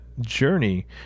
journey